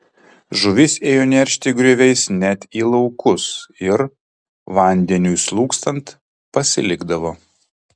žuvis ėjo neršti grioviais net į laukus ir vandeniui slūgstant pasilikdavo